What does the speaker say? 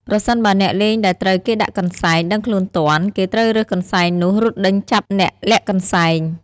ប្រសិនបើអ្នកលេងដែលត្រូវគេដាក់កន្សែង ដឹងខ្លួនទាន់ គេត្រូវរើសកន្សែងនោះរត់ដេញចាប់អ្នកលាក់កន្សែង ។